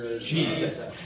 Jesus